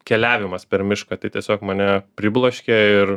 keliavimas per mišką tai tiesiog mane pribloškė ir